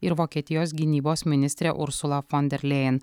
ir vokietijos gynybos ministrė ursula fon der lėjen